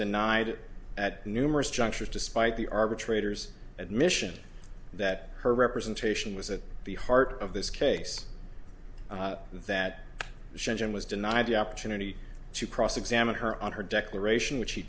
denied it at numerous juncture despite the arbitrators admission that her representation was at the heart of this case that shenzhen was denied the opportunity to cross examine her on her declaration which she